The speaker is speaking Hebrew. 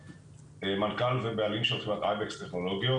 ואני מנכ"ל ובעלים של חברת אייבקס טכנולוגיות